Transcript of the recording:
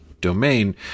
domain